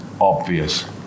obvious